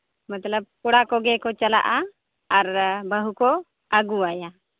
ᱢᱚᱛᱞᱚᱵ ᱠᱚᱲᱟ ᱠᱚᱜᱮ ᱠᱚ ᱪᱟᱞᱟᱜᱼᱟ ᱟᱨ ᱵᱟᱹᱦᱩ ᱠᱚ ᱟᱹᱜᱩᱣᱟᱭᱟ